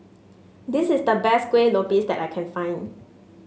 this is the best Kueh Lopes that I can find